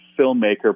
filmmaker